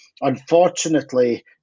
unfortunately